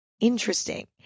interesting